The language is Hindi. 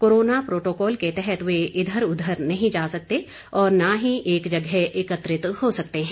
कोरोना प्रोटोकॉल के तहत वे इधर उधर नहीं जा सकते और न ही एक जगह एकत्रित हो सकते हैं